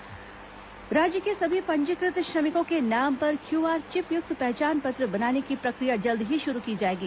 पंजीकृत श्रमिक क्यूआर राज्य के सभी पंजीकृत श्रमिकों के नाम पर क्यूआर चिपय्क्त पहचान पत्र बनाने की प्रक्रिया जल्द ही शुरू की जाएगी